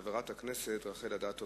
של חברת הכנסת רחל אדטו.